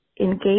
engage